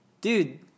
dude